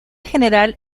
general